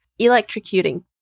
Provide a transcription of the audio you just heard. electrocuting